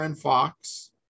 Fox